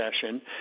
session